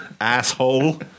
asshole